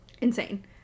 Insane